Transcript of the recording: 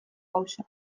gauza